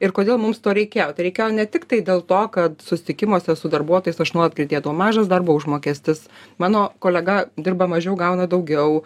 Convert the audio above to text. ir kodėl mums to reikėjo tai reikėjo ne tiktai dėl to kad susitikimuose su darbuotojais aš nuolat girdėdavau mažas darbo užmokestis mano kolega dirba mažiau gauna daugiau